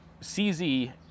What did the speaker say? CZ